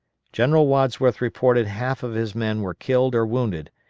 general wadsworth reported half of his men were killed or wounded,